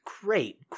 great